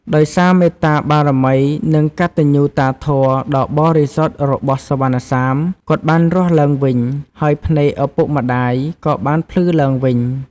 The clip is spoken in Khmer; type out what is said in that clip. ដោយសារមេត្តាបារមី និងកតញ្ញូតាធម៌ដ៏បរិសុទ្ធរបស់សុវណ្ណសាម គាត់បានរស់ឡើងវិញ ហើយភ្នែកឪពុកម្ដាយក៏បានភ្លឺឡើងវិញ។